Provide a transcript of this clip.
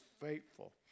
faithful